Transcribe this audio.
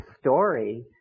story